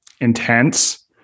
intense